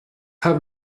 have